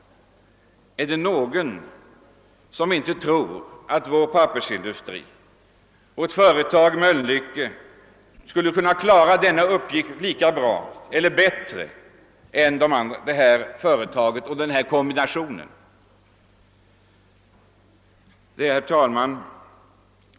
Är det någon som inte tror att vår pappersindustri eller ett företag som Mölnlycke skulle kunna klara denna uppgift lika bra som eller bättre än den nya företagskombinationen? Herr talman!